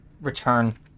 return